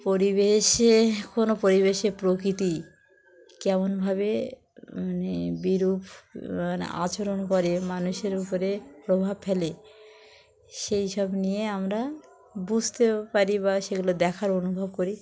পরিবেশে কোনো পরিবেশে প্রকৃতি কেমনভাবে মানে বিরূপ মানে আচরণ করে মানুষের উপরে প্রভাব ফেলে সেই সব নিয়ে আমরা বুঝতেও পারি বা সেগুলো দেখার অনুভব করি